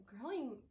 growing